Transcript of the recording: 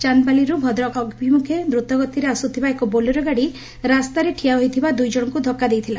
ଚାନ୍ଦବାଲିରୁ ଭଦ୍ରକ ଅଭିମୁଖେ ଦ୍ରତଗତିରେ ଆସୁଥିବା ଏକ ବୋଲେରୋ ଗାଡ଼ି ରାସ୍ତାରେ ଠିଆ ହୋଇଥିବା ଦୁଇଜଣଙ୍କୁ ଧକ୍କା ଦେଇଥିଲା